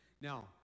Now